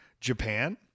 Japan